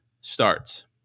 starts